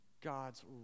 God's